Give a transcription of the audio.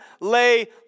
lay